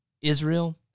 Israel